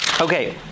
Okay